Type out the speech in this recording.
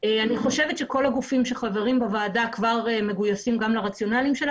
אני חושבת שכל הגופים שחברים בוועדה כבר מגויסים גם לרציונאלים שלה